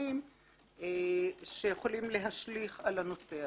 מעודכנים שיכולים להשליך על הנושא הזה.